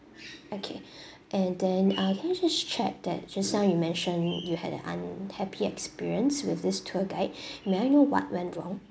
okay and then uh can I just check that just now you mentioned you had an unhappy experience with this tour guide may I know what went wrong